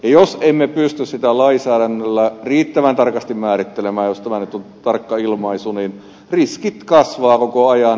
jos emme pysty sitä lainsäädännöllä riittävän tarkasti määrittelemään jos tämä nyt on tarkka ilmaisu niin riskit kasvavat koko ajan